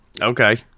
Okay